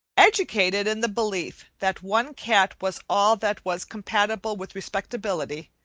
educated in the belief that one cat was all that was compatible with respectability,